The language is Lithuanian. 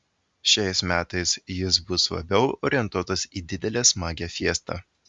šiais metais jis bus labiau orientuotas į didelę smagią fiestą